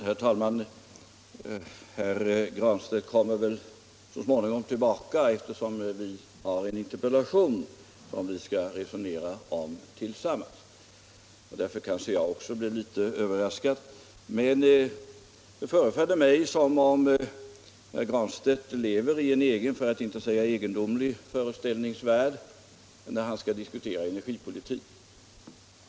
Herr talman! Herr Granstedt kommer väl så småningom tillbaka i talarstolen, eftersom vi har en interpellation som vi skall resonera om tillsammans. Därför kanske jag också blev litet överraskad när herr Granstedt nu begärde ordet. Det förefaller mig som om herr Granstedt lever i en egen för att inte säga egendomlig föreställningsvärld när han skall diskutera energipolitik.